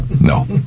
No